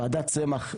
ועדת צמח,